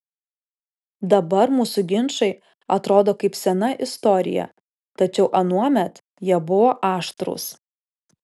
dabar mūsų ginčai atrodo kaip sena istorija tačiau anuomet jie buvo aštrūs